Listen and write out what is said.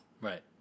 Right